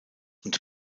und